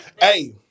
Hey